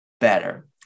better